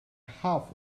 half